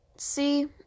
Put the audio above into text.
See